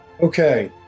Okay